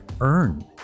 earn